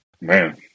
Man